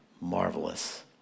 Marvelous